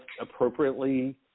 appropriately